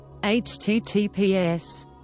https